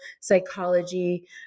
psychology